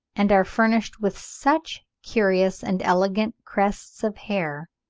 and are furnished with such curious and elegant crests of hair,